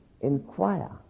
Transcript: inquire